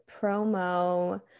promo